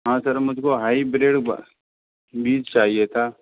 हाँ सर मुझको हाइब्रिड बीज चाहिए था